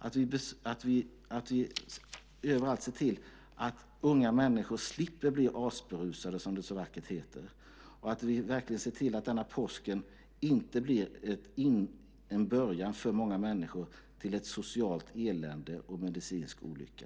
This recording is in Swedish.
Låt oss överallt se till att unga människor slipper bli asberusade, som det så vackert heter, och att denna påsk inte blir en början för många människor till socialt elände och medicinsk olycka.